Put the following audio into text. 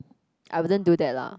I wouldn't do that lah